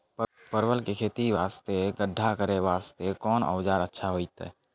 परवल के खेती वास्ते गड्ढा करे वास्ते कोंन औजार अच्छा होइतै?